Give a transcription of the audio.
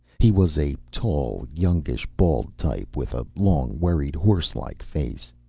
he was a tall, youngish-bald type, with a long, worried, horselike face.